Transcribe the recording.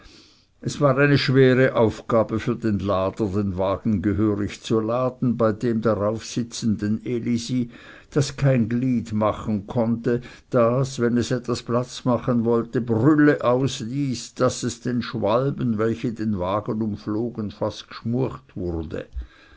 es war eine schwere aufgabe für den lader den wagen gehörig zu laden bei dem darauf sitzenden elisi das kein glied machen konnte das wenn es etwas platz machen sollte brülle ausließ daß es den schwalben welche den wagen umflogen fast gschmucht wurde